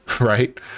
right